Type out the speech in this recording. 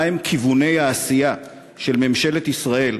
מה הם כיווני העשייה של ממשלת ישראל,